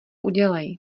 udělej